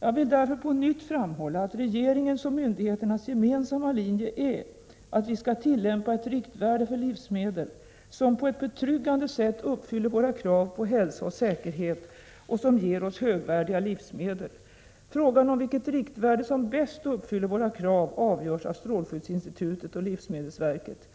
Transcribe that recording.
Jag vill därför på nytt framhålla att regeringens och myndigheternas gemensamma linje är att vi skall tillämpa ett riktvärde för livsmedel som på ett betryggande sätt uppfyller våra krav på hälsa och säkerhet och som ger oss högvärdiga livsmedel. Frågan om vilket riktvärde som bäst uppfyller våra krav avgörs av strålskyddsinstitutet och livsmedelsverket.